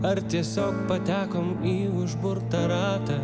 ar tiesiog patekome į užburtą ratą